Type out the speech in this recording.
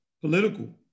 political